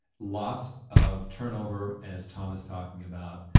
lots of turnover as tom is talking about,